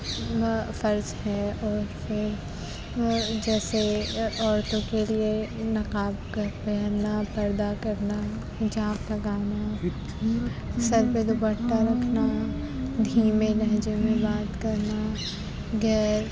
فرض ہے جیسے عورتوں کے لیے نقاب کا پہننا پردہ کرنا حجاب لگانا سر پہ دوپٹہ رکھنا دھیمے لہجے میں بات کرنا غیر